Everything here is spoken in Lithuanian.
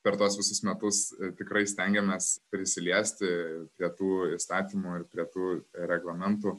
per tuos visus metus tikrai stengiamės prisiliesti prie tų įstatymų ir prie tų reglamentų